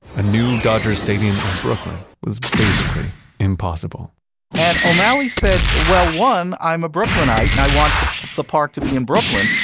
a new dodgers stadium in brooklyn was basically impossible and o'malley said, well, one, i'm a brooklynite and i want the the park to be in brooklyn.